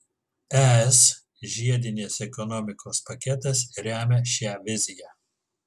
es žiedinės ekonomikos paketas remia šią viziją